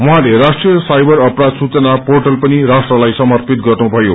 उहाँले राष्ट्रिय साइबर अपराध सूचा पोंअल पनि राष्ट्रलाई समर्पित गर्नुथयो